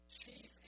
chief